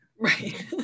Right